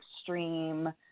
extreme